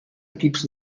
equips